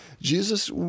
Jesus